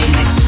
Mix